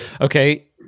Okay